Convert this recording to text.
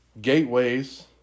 Gateways